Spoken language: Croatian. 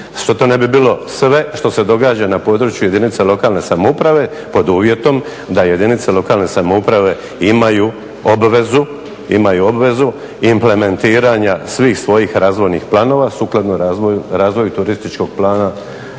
Što to ne bi bilo sve što se događa na području jedinica lokalne samouprave pod uvjetom da jedinice lokalne samouprave imaju obvezu implementiranja svih svojih razvojnih planova sukladno razvoju turističkog plana,